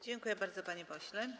Dziękuję bardzo, panie pośle.